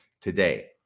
today